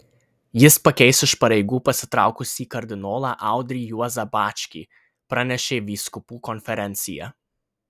jis pakeis iš pareigų pasitraukusį kardinolą audrį juozą bačkį pranešė vyskupų konferencija